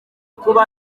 kuba